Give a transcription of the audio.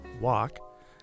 walk